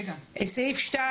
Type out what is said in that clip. סעיף 2